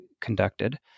conducted